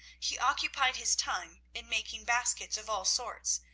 he occupied his time in making baskets of all sorts,